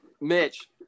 Mitch